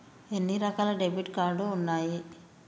ఎన్ని రకాల debit card ఉన్నాయి?